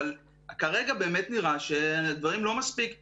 אבל כרגע באמת נראה שדברים לא מספיק מתוכננים.